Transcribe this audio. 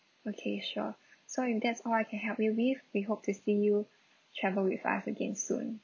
okay sure so if that's all I can help you with we hope to see you travel with us again soon